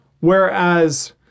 Whereas